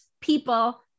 people